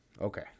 Okay